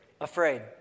afraid